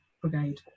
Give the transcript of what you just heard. brigade